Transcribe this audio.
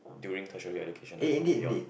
during tertiary education and we all